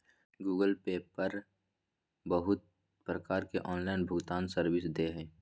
Google Pay पर बहुत प्रकार के ऑनलाइन भुगतान सर्विस दे हय